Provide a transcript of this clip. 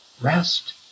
rest